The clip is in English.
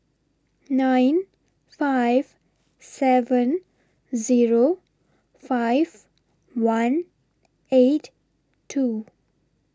nine five seven Zero five one eight two